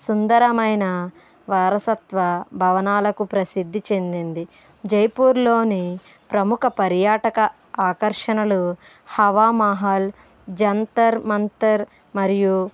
సుందరమైన వారసత్వ భవనాలకు ప్రసిద్ధి చెందింది జైపూర్లోని ప్రముఖ పర్యాటక ఆకర్షణలు హవామహల్ జంతర్ మంతర్ మరియు